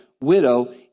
widow